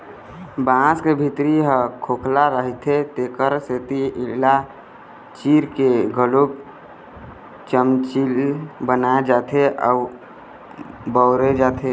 बांस के भीतरी ह खोखला रहिथे तेखरे सेती एला चीर के घलोक चमचील बनाए जाथे अउ बउरे जाथे